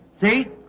See